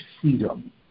freedom